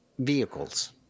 Vehicles